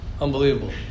Unbelievable